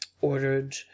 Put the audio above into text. ordered